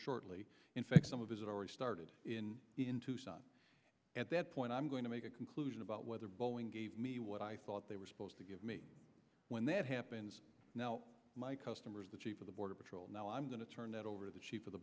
shortly in fact some of his already started in in tucson at that point i'm going to make a conclusion about whether boeing gave me what i thought they were supposed to give me when that happens my customers the chief of the border patrol now i'm going to turn it over to the ch